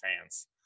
fans